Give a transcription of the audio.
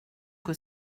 que